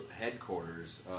headquarters